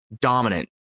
dominant